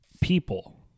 people